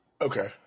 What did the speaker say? Okay